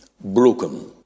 broken